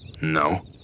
No